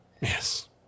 Yes